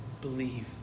believe